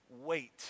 Wait